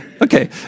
Okay